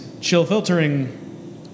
chill-filtering